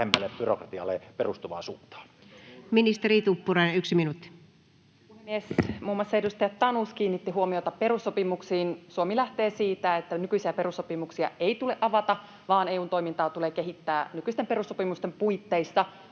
vähemmälle byrokratialle perustuvaan suuntaan. Ministeri Tuppurainen, 1 minuutti. Puhemies! Muun muassa edustaja Tanus kiinnitti huomiota perussopimuksiin. Suomi lähtee siitä, että nykyisiä perussopimuksia ei tule avata vaan EU:n toimintaa tulee kehittää nykyisten perussopimusten puitteissa